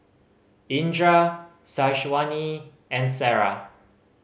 Indra Syazwani and Sarah